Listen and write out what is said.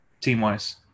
team-wise